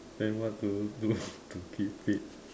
then what to do to keep fit